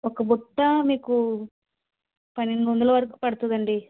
ఒక బుట్ట మీకు పన్నెండు వందలు వరకు పడుతుందండి